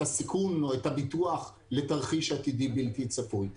הסיכון או את הביטוח לתרחיש עתידי בלתי צפוי.